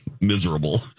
miserable